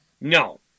No